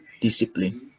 discipline